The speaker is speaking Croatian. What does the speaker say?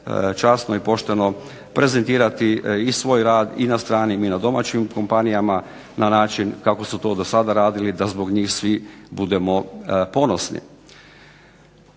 časno i pošteno prezentirati i svoj rad i na stranim i na domaćim kompanijama na način kako su to dosada radili da zbog njih svi budemo ponosni.